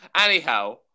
Anyhow